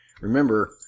Remember